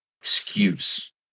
excuse